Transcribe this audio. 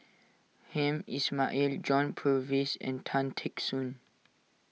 Hamed Ismail John Purvis and Tan Teck Soon